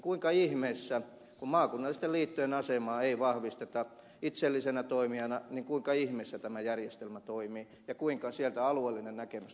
kuinka ihmeessä kun maakunnallisten liittojen asemaa ei vahvisteta itsellisenä toimijana tämä järjestelmä toimii ja kuinka sieltä alueellinen näkemys nousee esiin